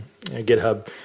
GitHub